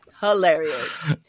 Hilarious